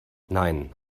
nein